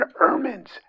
ermines